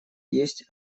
есть